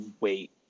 wait